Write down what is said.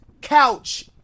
couch